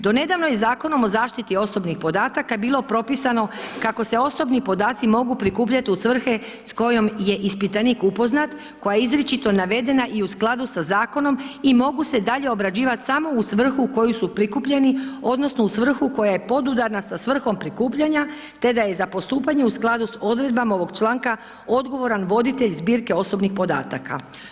Do nedavno je Zakonom o zaštiti osobnih podataka bilo propisano kako se osobni podaci mogu prikupljat u svrhe s kojom je ispitanik upoznat, koja je izričito navedena i u skladu sa zakonom i mogu se dalje obrađivat samo u svrhu u koju su prikupljeni odnosno u svrhu koja je podudarna sa svrhom prikupljanja te da je za postupanje u skladu s odredbama ovog članka odgovoran voditelj zbirke osobnih podataka.